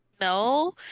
No